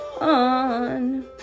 On